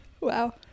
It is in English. wow